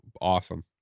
awesome